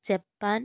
Japan